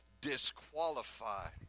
disqualified